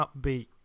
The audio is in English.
upbeat